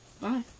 Bye